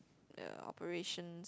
uh operations